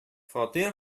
фатир